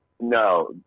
No